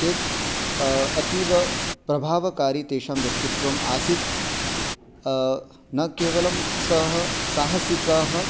चेत् अतीव प्रभावकारि तेषां व्यक्तित्वमासीत् न केवलं सः साहसिकः